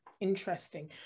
interesting